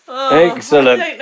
Excellent